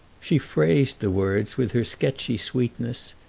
she phrased the words with her sketchy sweetness,